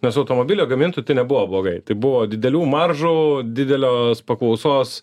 nes automobilio gamintojui tai nebuvo blogai tai buvo didelių maržų didelio paklausos